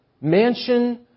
mansion